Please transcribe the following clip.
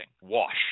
wash